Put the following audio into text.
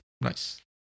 Nice